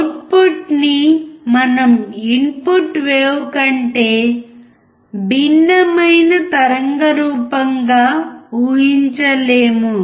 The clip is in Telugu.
అవుట్పుట్ని మనం ఇన్పుట్ వేవ్ కంటే భిన్నమైన తరంగ రూపంగా ఊహించలేము